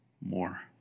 more